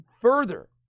Further